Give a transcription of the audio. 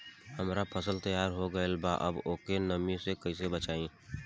हमार फसल तैयार हो गएल बा अब ओके नमी से कइसे बचाई?